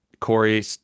Corey